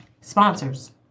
sponsors